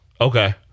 Okay